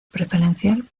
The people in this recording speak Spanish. preferencial